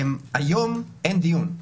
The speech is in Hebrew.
היום אין דיון.